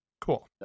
Cool